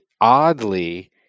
oddly